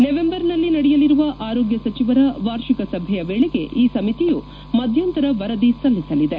ನವೆಂಬರ್ನಲ್ಲಿ ನಡೆಯಲಿರುವ ಆರೋಗ್ನ ಸಚಿವರ ವಾರ್ಷಿಕ ಸಭೆಯ ವೇಳೆಗೆ ಈ ಸಮಿತಿಯು ಮಧ್ಯಂತರ ವರದಿ ಸಲ್ಲಿಸಲಿದೆ